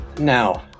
now